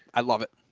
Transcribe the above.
i love it.